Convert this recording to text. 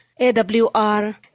AWR